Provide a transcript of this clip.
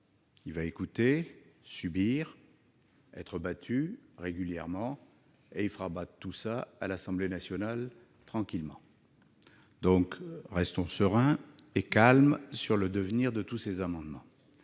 il va écouter, subir, être battu régulièrement, puis il fera rétablir tout ça à l'Assemblée nationale, tranquillement. Donc, restons sereins et calmes sur le devenir de tous ces amendements.